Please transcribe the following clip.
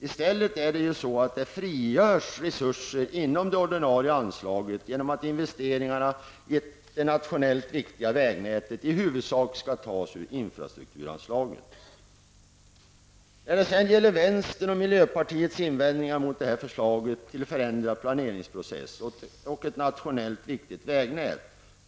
I stället frigörs det resurser inom det ordinarie anslaget genom att investeringarna i det nationellt viktiga vägnätet i huvudsak tas ur infrastrukturanslaget. Miljöpartiet och vänstern framför invändningar mot förslaget till förändrad planeringsprocess och ett nationellt vägnät.